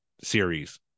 series